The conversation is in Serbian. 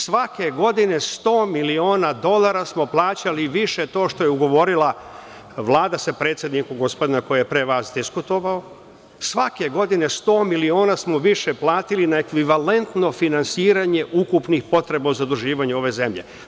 Svake godine sto miliona dolara smo plaćali više to što je ugovorila Vlada sa predsednikom, gospodina koji je pre vas diskutovao, svake godine sto miliona smo više platili na ekvavilentno finansiranje ukupnih potreba o zaduživanju ove zemlje.